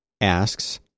asks